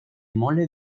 mole